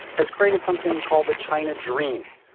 has created something called the china dream.